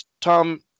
Tom